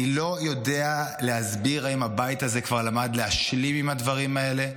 אני לא יודע להסביר אם הבית הזה כבר למד להשלים עם הדברים האלה,